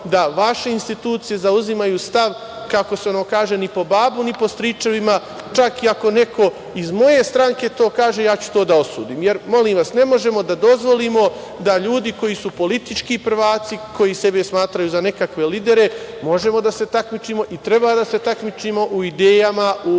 da vaša institucije zauzimaju stav, kako se ono kaže, ni po babu, ni po stričevima, čak i ako neko iz moje stranke to kaže, ja ću to da osudim. Molim vas, ne možemo da dozvolimo da ljudi koji su politički prvaci, koji sebe smatraju za nekakve lidere, možemo da se takmičimo i treba da se takmičimo u idejama, u